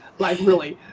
like really.